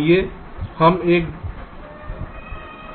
आइए हम एक